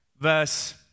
verse